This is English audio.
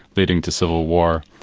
leading to civil war.